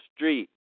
Street